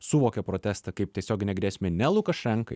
suvokia protestą kaip tiesioginę grėsmę ne lukašenkai